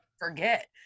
forget